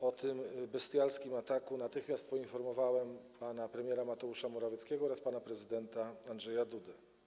O tym bestialskim ataku natychmiast poinformowałem pana premiera Mateusza Morawieckiego oraz pana prezydenta Andrzeja Dudę.